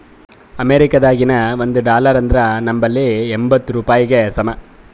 ಅಮೇರಿಕಾದಾಗಿನ ಒಂದ್ ಡಾಲರ್ ಅಂದುರ್ ನಂಬಲ್ಲಿ ಎಂಬತ್ತ್ ರೂಪಾಯಿಗಿ ಸಮ